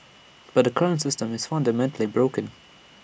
but the current system is fundamentally broken